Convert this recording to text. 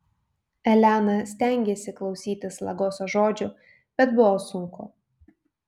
elena stengėsi klausytis lagoso žodžių bet buvo sunku